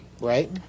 Right